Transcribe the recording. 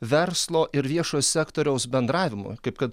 verslo ir viešojo sektoriaus bendravimui kaip kad